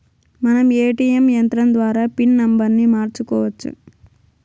మనం ఏ.టీ.యం యంత్రం ద్వారా పిన్ నంబర్ని మార్చుకోవచ్చు